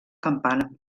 campana